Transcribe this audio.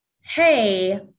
hey